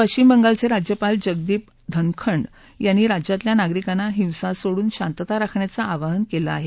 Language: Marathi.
पश्चिम बंगालचे राज्यपाल जगदीप धनखंड यांनी राज्यातल्या नागरिकांना हिसा सोडून शांतता राखण्याचं आवाहन केलं आहे